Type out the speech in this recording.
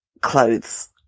clothes